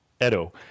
edo